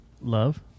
Love